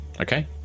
Okay